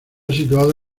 situado